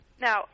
Now